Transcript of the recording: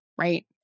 Right